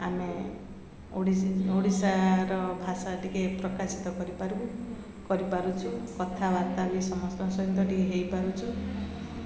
ଆମେ ଓଡ଼ିଶାର ଭାଷା ଟିକେ ପ୍ରକାଶିତ କରିପାରୁ କରିପାରୁଛୁ କଥାବାର୍ତ୍ତା ବି ସମସ୍ତଙ୍କ ସହିତ ଟିକେ ହେଇପାରୁଛୁ